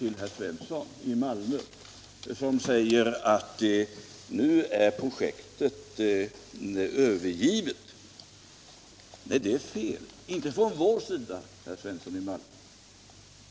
Till herr Svensson i Malmö, som anser att projektet nu är övergivet, vill jag säga: Nej, det är fel. Det är inte övergivet från vår sida, herr Svensson.